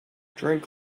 drink